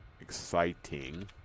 Exciting